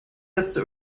letzte